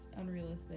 unrealistic